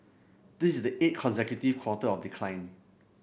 this is the eighth consecutive quarter of decline